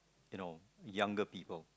you know younger people